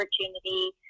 opportunity